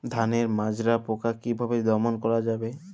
ধানের মাজরা পোকা কি ভাবে দমন করা যাবে?